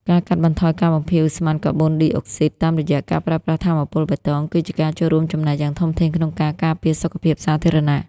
ការកាត់បន្ថយការបំភាយឧស្ម័នកាបូនឌីអុកស៊ីតតាមរយៈការប្រើប្រាស់ថាមពលបៃតង គឺជាការចូលរួមចំណែកយ៉ាងធំធេងក្នុងការការពារសុខភាពសាធារណៈ។